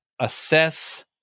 assess